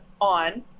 on